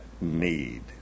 need